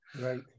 right